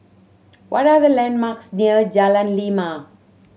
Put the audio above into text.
what are the landmarks near Jalan Lima